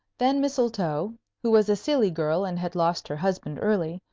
then mistletoe, who was a silly girl and had lost her husband early,